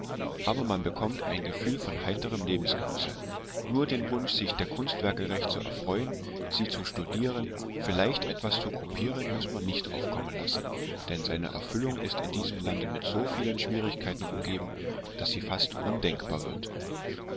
aber man bekommt ein gefühl von heiterem lebensgenusse nur den wunsch sich der kunstwerke recht zu erfreuen sie zu studieren vielleicht etwas zu kopieren muß man nicht aufkommen lassen denn seine erfüllung ist in diesem lande mit so vielen schwierigkeiten umgeben dass sie fast undenkbar wird